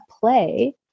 play